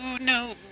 no